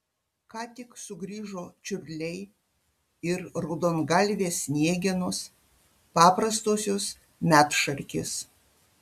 ką tik sugrįžo čiurliai ir raudongalvės sniegenos paprastosios medšarkės